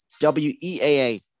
W-E-A-A